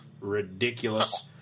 Ridiculous